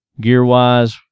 gear-wise